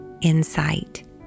insight